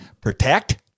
protect